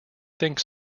think